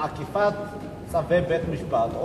צווי בית-המשפט?